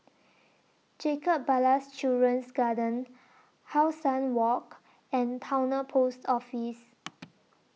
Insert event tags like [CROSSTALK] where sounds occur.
Jacob Ballas Children's Garden How Sun Walk and Towner Post Office [NOISE]